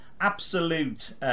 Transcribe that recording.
absolute